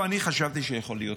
חבר הכנסת שטרן, תודה.